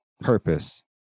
purpose